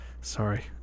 Sorry